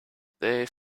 they